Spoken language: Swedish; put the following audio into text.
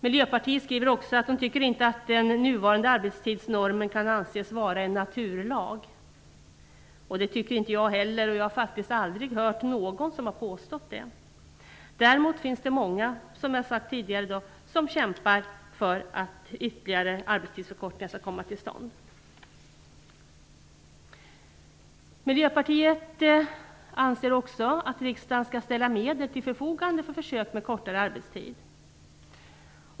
Miljöpartiet skriver också att de inte tycker att den nuvarande arbetstidsnormen kan anses vara en naturlag. Det tycker inte jag heller, och jag har faktiskt aldrig hört någon som har påstått det. Däremot finns det många, som jag har sagt tidigare i dag, som kämpar för att ytterligare arbetstidsförkortningar skall komma till stånd. Miljöpartiet anser också att riksdagen skall ställa medel till förfogande för försök med kortare arbetstid.